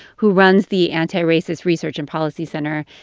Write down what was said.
who runs the anti-racist research and policy center,